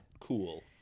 cool